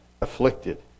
afflicted